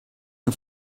you